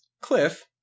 cliff